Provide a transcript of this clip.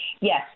yes